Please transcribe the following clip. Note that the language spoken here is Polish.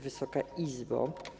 Wysoka Izbo!